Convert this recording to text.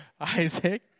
Isaac